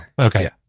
Okay